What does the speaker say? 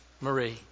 Marie